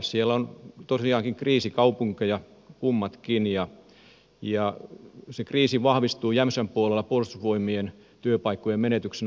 siellä ovat tosiaankin kriisikaupunkeja kummatkin ja se kriisi vahvistuu jämsän puolella puolustusvoimien työpaikkojen menetyksenä